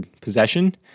possession